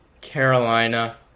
Carolina